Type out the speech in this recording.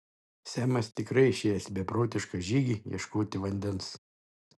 semas tikrai išėjęs į beprotišką žygį ieškoti vandens